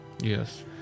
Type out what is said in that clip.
Yes